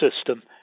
system